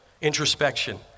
introspection